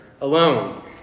alone